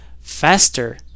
faster